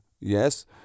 Yes